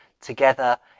together